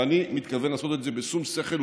ואני מתכוון לעשות את זה בשום שכל,